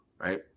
right